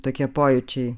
tokie pojūčiai